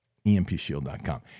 EMPShield.com